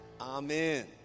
amen